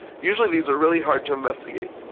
usually, these are really hard to investigate.